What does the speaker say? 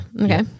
Okay